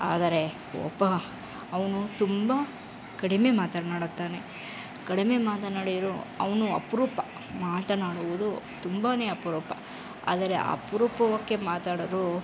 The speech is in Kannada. ಆದರೆ ಒಬ್ಬ ಅವನು ತುಂಬ ಕಡಿಮೆ ಮಾತನಾಡುತ್ತಾನೆ ಕಡಿಮೆ ಮಾತನಾಡಿದರು ಅವನು ಅಪರೂಪ ಮಾತನಾಡುವುದು ತುಂಬನೇ ಅಪರೂಪ ಆದರೆ ಅಪರೂಪಕ್ಕೆ ಮಾತಾಡಲು